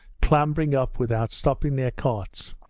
clambering up without stopping their carts,